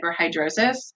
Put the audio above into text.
hyperhidrosis